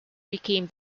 became